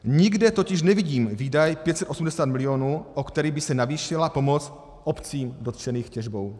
Nikde totiž nevidím výdaj 580 milionů, o který by se navýšila pomoc obcím dotčeným těžbou.